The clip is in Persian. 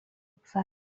بگذارند